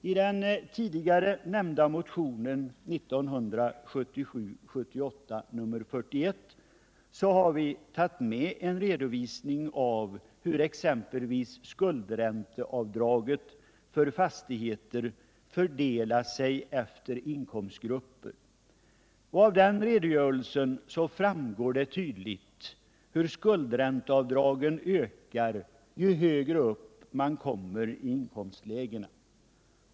I den tidigare nämnda motionen 1977/78:41 har vi tagit med en redovisning av hur exempelvis skuldränteavdraget för fastigheter fördelar sig efter inkomstgruppen. Av den redogörelsen framgår tydligt hur skuldränteavdragen ökar ju högre upp man kommer i inkomstlägena.